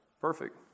Perfect